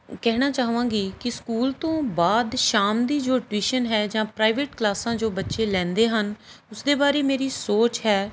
ਕਹਿਣਾ ਚਾਹਵਾਂਗੀ ਕਿ ਸਕੂਲ ਤੋਂ ਬਾਅਦ ਸ਼ਾਮ ਦੀ ਜੋ ਟਿਊਸ਼ਨ ਹੈ ਜਾਂ ਪ੍ਰਾਈਵੇਟ ਕਲਾਸਾਂ ਜੋ ਬੱਚੇ ਲੈਂਦੇ ਹਨ ਉਸ ਦੇ ਬਾਰੇ ਮੇਰੀ ਸੋਚ ਹੈ